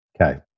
Okay